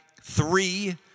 three